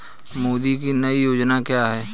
मोदी की नई योजना क्या है?